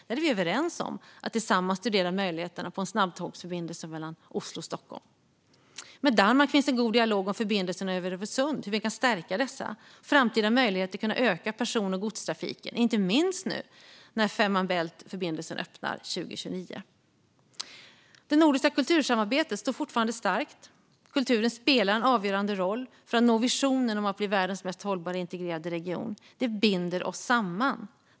Där är vi överens om att tillsammans studera möjligheterna att få en snabbtågsförbindelse mellan Oslo och Stockholm. Med Danmark förs en god dialog om förbindelserna över Öresund och hur vi kan stärka dessa. Det handlar om framtida möjligheter att öka person och godstrafiken, inte minst när Fehmarn Bält-förbindelsen öppnar 2029. Det nordiska kultursamarbetet står fortfarande starkt. Kulturen spelar en avgörande roll för att nå visionen att bli världens mest hållbara integrerade region. Kulturen binder oss samman.